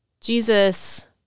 Jesus